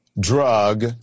Drug